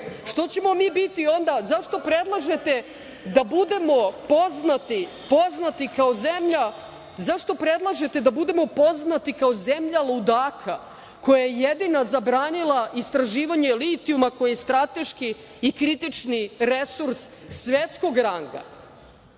Šta je sad problem? Zašto predlažete da budemo poznati kao zemlja ludaka koja je jedina zabranili istraživanje litijuma koji je strateški i kritični resurs svetskog rang?